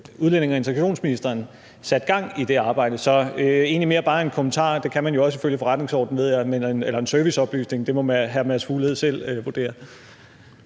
udlændinge- og integrationsministeren satte gang i det arbejde. Så det var egentlig mere bare en kommentar – det kan man jo også ifølge forretningsordenen, ved jeg – eller en serviceoplysning. Det må hr. Mads Fuglede selv vurdere.